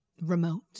Remote